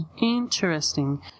Interesting